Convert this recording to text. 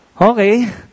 Okay